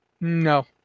No